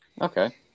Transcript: Okay